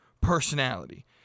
personality